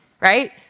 right